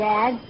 Dad